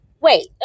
Wait